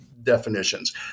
definitions